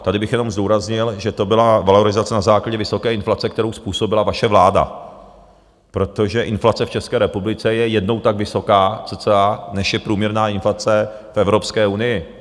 Tady bych jenom zdůraznil, že to byla valorizace na základě vysoké inflace, kterou způsobila vaše vláda, protože inflace v České republice je jednou tak vysoká cca, než je průměrná inflace v Evropské unii.